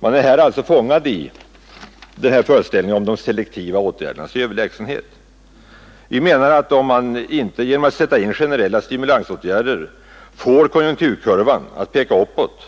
Man är här alltså fångad i föreställningen om de selektiva åtgärdernas överlägsenhet. Vi menar att om man inte genom att sätta in generella stimulansåtgärder får konjunkturkurvan att peka uppåt,